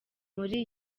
muri